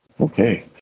Okay